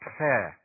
fair